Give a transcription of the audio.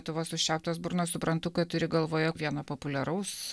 lietuvos užčiauptos burnos suprantu kad turi galvoje vieno populiaraus